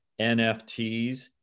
NFTs